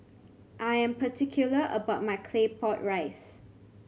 I am particular about my Claypot Rice